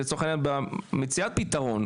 לצורך העניין גם למציאת פתרון,